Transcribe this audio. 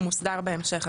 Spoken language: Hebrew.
מוסדר בהמשך.